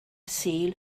sul